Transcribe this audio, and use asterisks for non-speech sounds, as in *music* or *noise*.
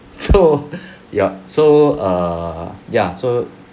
so *breath* ya so err ya so